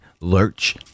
Lurch